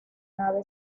nave